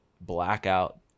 blackout